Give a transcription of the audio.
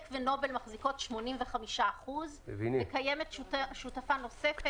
ונובל מחזיקות 85% וקיימת שותפה נוספת,